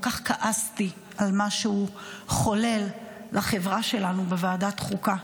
כל כך כעסתי על מה שהוא חולל לחברה שלנו בוועדת החוקה.